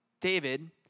David